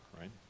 right